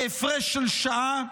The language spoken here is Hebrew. בהפרש של שעה,